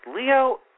Leo